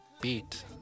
beat